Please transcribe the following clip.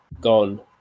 gone